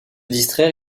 distraire